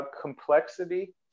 complexity